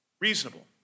Reasonable